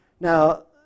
Now